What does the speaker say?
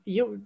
eu